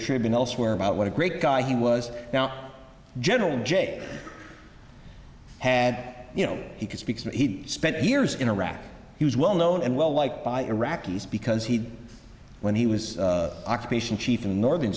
tribune elsewhere about what a great guy he was now general jay had you know he could speak and he spent years in iraq he was well known and well liked by iraqis because he when he was occupation chief in northern